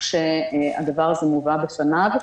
כשהדבר הזה מובא בפניו,